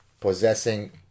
possessing